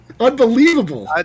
Unbelievable